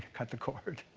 cut the cord.